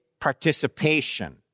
participation